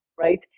right